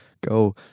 go